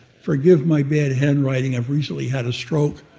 forgive my bad handwriting, i've recently had a stroke.